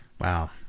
Wow